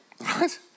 right